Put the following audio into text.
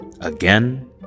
again